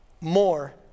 more